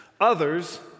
Others